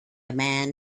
man